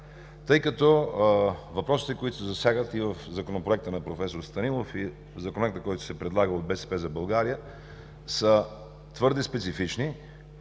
начин. Въпросите, които се засягат и в Законопроекта на проф. Станилов, и в Законопроекта, който се предлага от „БСП за България“, са твърде специфични